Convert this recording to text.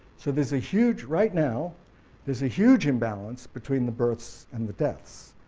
so there's a huge right now there's a huge imbalance between the births and the deaths.